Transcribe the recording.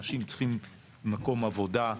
אנשים צריכים מקום עבודה,